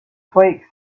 flakes